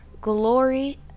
glory